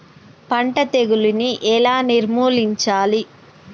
పంట తెగులుని ఎలా నిర్మూలించాలి?